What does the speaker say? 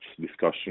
discussion